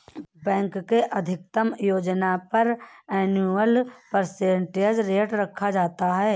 bank के अधिकतम योजना पर एनुअल परसेंटेज रेट रखा जाता है